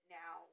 now